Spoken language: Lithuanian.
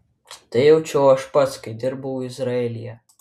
tai jaučiau aš pats kai dirbau izraelyje